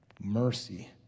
mercy